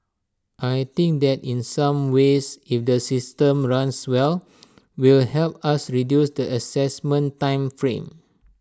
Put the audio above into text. I think that in some ways if the system runs well will help us reduce the Assessment time frame